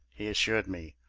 he assured me.